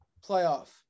playoff